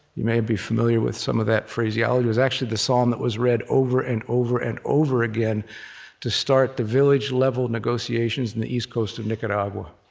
you may be familiar with some of that phraseology was actually the psalm that was read over and over and over again to start the village-level negotiations in the east coast of nicaragua.